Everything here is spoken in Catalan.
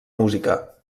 música